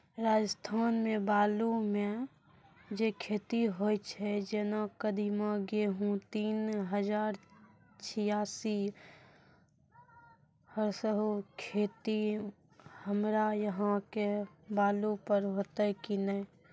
राजस्थान मे बालू मे जे खेती होय छै जेना कदीमा, गेहूँ तीन हजार छियासी, उ खेती हमरा यहाँ के बालू पर होते की नैय?